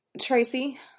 Tracy